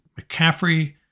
McCaffrey